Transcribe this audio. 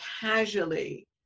casually